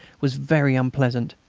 was very unpleasant,